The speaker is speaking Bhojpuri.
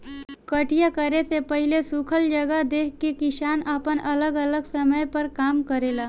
कटिया करे से पहिले सुखल जगह देख के किसान आपन अलग अलग समय पर काम करेले